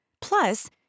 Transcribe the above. Plus